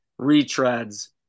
retreads